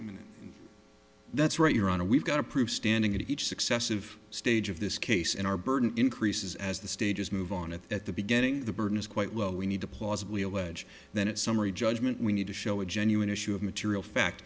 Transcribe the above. imminent that's right your honor we've got a proof standing at each successive stage of this case and our burden increases as the stages move on and at the beginning the burden is quite well we need to plausibly allege that summary judgment we need to show a genuine issue of material fact